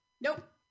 Nope